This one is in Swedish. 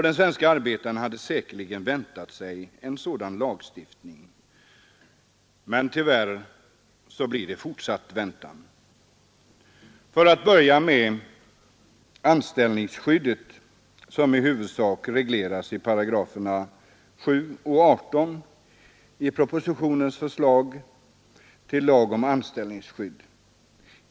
Den svenske arbetaren hade säkerligen väntat sig en sådan lagstiftning. Men tyvärr blir det fortsatt väntan. Jag skall börja med anställningsskyddet, som i huvudsak regleras i paragraferna 7 och 18 i propositionens förslag till lag om anställningsskydd.